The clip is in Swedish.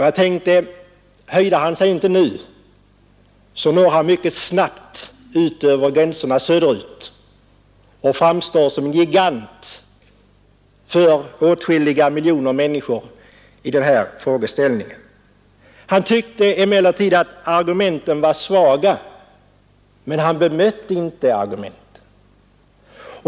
Jag tänkte: Höjer han sig nu så når han mycket snabbt ut över gränserna söderut och framstår som gigant för åtskilliga miljoner människor i den här frågan. Han tyckte emellertid att argumenten var svaga, men han bemötte dem inte.